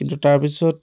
কিন্তু তাৰপিছত